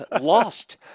lost